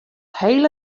hele